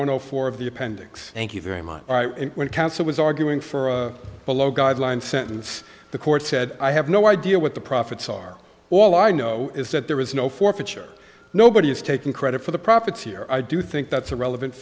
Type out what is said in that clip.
zero four of the appendix thank you very much when counsel was arguing for below guideline sentence the court said i have no idea what the profits are all i know is that there is no forfeiture nobody is taking credit for the profits here i do think that's a relevant